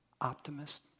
optimist